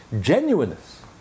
genuineness